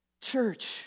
church